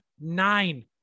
nine